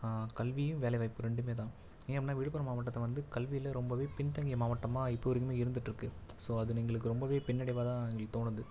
கல்வியும் வேலை வாய்ப்பு ரெண்டுமே தான் ஏன் அப்படினா விழுப்புரம் மாவட்டத்தை வந்து கல்வியில ரொம்பவே பின்தங்கிய மாவட்டமாக இப்போ வரைக்குமே இருந்துட்டுருக்கு ஸோ அது எங்களுக்கு ரொம்பவே பின்னடைவாக தான் எங்களுக்கு தோணுது